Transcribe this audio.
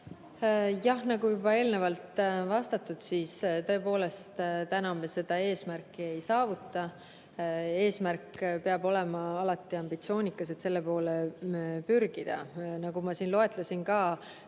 Jah, nagu juba eelnevalt vastatud, tõepoolest täna me seda eesmärki ei saavuta. Eesmärk peab olema alati ambitsioonikas, et selle poole pürgida. Ma siin juba loetlesin,